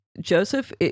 Joseph